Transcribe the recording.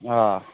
آ